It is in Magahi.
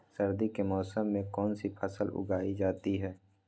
सर्दी के मौसम में कौन सी फसल उगाई जाती है?